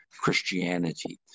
Christianity